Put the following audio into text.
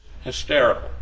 hysterical